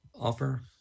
offer